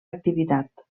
activitat